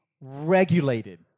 regulated